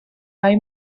hay